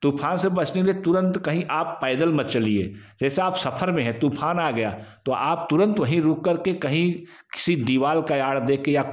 तूफ़ान से बचने के लिए कहीं आप पैदल मत चलिए जैसे आप सफ़र में है तूफ़ान आ गया तो आप तुरंत वहीं रुक कर के कहीं किसी दीवार का आड़ देख के या कोई